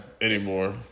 anymore